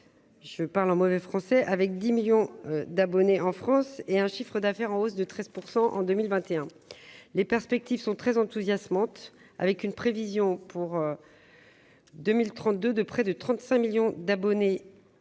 je parle en mauvais français avec 10 millions d'abonnés en France et un chiffre d'affaires en hausse de 13 % en 2021, les perspectives sont très enthousiasmante, avec une prévision pour 2032 de près de 35 millions d'abonnés 2023